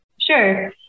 Sure